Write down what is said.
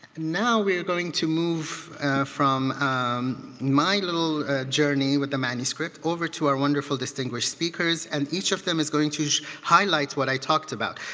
now we are going to move from my little journey with the manuscript over to our wonderful distinguished speakers. and each of them is going to highlight what i talked about.